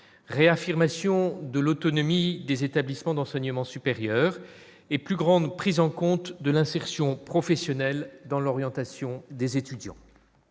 réaffirmation de l'autonomie des établissements d'enseignement supérieur et plus grande prise en compte de l'insertion professionnelle dans l'orientation des étudiants.